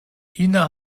ina